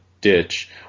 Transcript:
ditch